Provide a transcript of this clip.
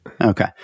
Okay